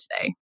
today